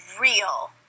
real